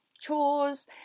chores